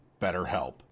BetterHelp